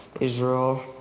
Israel